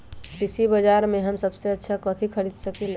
कृषि बाजर में हम सबसे अच्छा कथि खरीद सकींले?